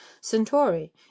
centauri